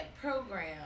program